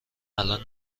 الان